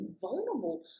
vulnerable